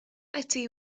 ydy